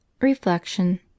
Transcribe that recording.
Reflection